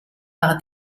par